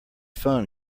phone